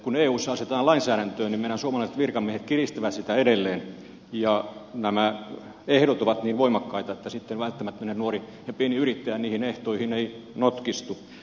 kun eussa asetetaan lainsäädäntöä niin meidän suomalaiset virkamiehemme kiristävät sitä edelleen ja nämä ehdot ovat niin voimakkaita että sitten välttämättä tämmöinen nuori ja pieni yrittäjä niihin ehtoihin ei notkistu